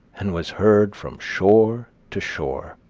and was heard from shore to shore.